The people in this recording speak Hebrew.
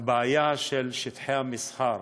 הבעיה של שטחי המסחר.